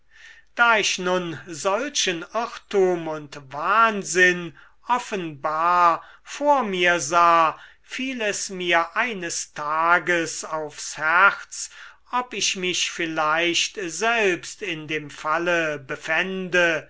da ich nun solchen irrtum und wahnsinn offenbar vor mir sah fiel es mir eines tages aufs herz ob ich mich vielleicht selbst in dem falle befände